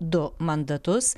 du mandatus